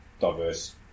diverse